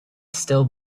still